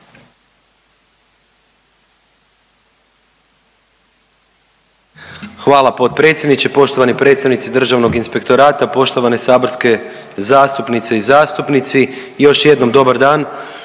Hvala potpredsjedniče. Poštovani predstavnici Državnog inspektorata, poštovane saborske zastupnice i zastupnici još jednom dobar dan.